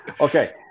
Okay